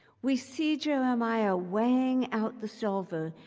we see jeremiah weighing out the silver,